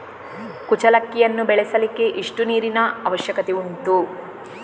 ಕುಚ್ಚಲಕ್ಕಿಯನ್ನು ಬೆಳೆಸಲಿಕ್ಕೆ ಎಷ್ಟು ನೀರಿನ ಅವಶ್ಯಕತೆ ಉಂಟು?